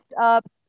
up